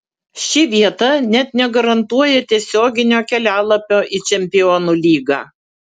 ši vieta net negarantuoja tiesioginio kelialapio į čempionų lygą